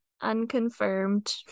Unconfirmed